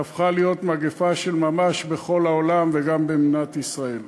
שהפכה להיות מגפה של ממש בכל העולם וגם במדינת ישראל.